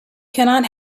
cannot